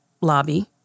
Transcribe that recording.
lobby